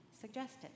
suggested